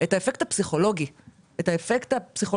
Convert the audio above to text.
את האפקט הפסיכולוגי של המשק,